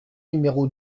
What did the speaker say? numéro